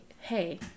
hey